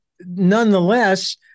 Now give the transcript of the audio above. nonetheless